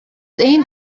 aimed